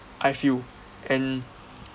I feel and